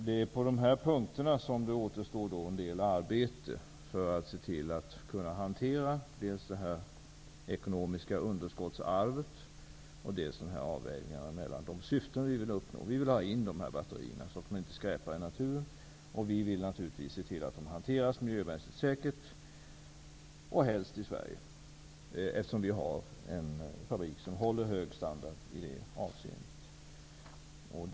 Det är på de här punkterna som det återstår en del arbete för att se till att kunna hantera dels det ekonomiska underskottsarvet, dels avvägningarna mellan de syften vi vill uppnå. Vi vill ha in de här batterierna, så att de inte skräpar i naturen, och vi vill naturligtvis se till att de hanteras miljömässigt säkert och helst i Sverige, eftersom vi har en fabrik som håller hög standard i det avseendet.